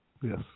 Yes